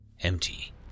empty